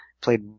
played